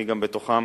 וגם אני בתוכם,